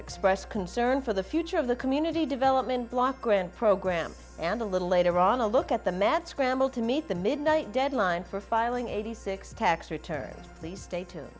express concern for the future of the community development block grant program and a little later on a look at the mad scramble to meet the midnight deadline for filing eighty six tax returns the state to